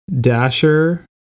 Dasher